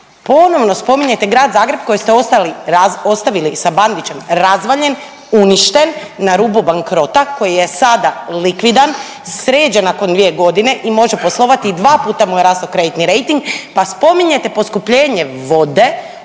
ponovno spominjete grad Zagreb kojeg ste ostavili sa Bandićem razvaljen, uništen, na rubu bankrota koji je sada likvidan, sređen nakon dvije godine i može poslovati i dva puta mu je rastao kreditni rejting pa spominjete poskupljenje vode